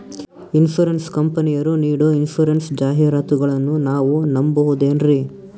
Insurance ಕಂಪನಿಯರು ನೀಡೋ insurance ಜಾಹಿರಾತುಗಳನ್ನು ನಾವು ನಂಬಹುದೇನ್ರಿ?